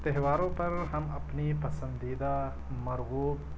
تہواروں پر ہم اپنی پسندیدہ مرغوب